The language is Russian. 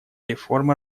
реформы